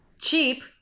cheap